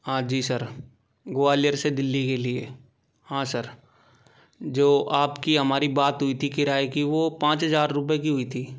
हाँ जी सर ग्वालियर से दिल्ली के लिए हाँ सर जो आपकी हमारी बात हुई थी किराए की वो पाँच हजार रुपए की हुई थी